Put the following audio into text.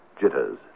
Jitters